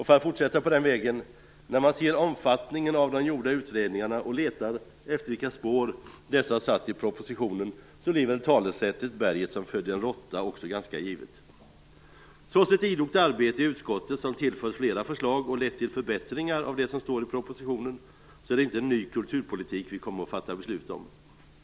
För att fortsätta på den vägen, när man ser omfattningen av de gjorda utredningarna och letar efter vilka spår dessa har satt i propositionen blir väl talesättet om berget som födde en råtta också ganska givet. Trots ett idogt arbete i utskottet, som tillfört flera förslag som lett till förbättringar av det som står i propositionen, är det inte en ny kulturpolitik vi kommer att fatta beslut om.